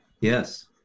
Yes